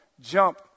jump